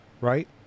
right